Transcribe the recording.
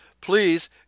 Please